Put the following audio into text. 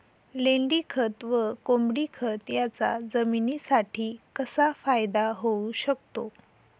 लेंडीखत व कोंबडीखत याचा जमिनीसाठी कसा फायदा होऊ शकतो?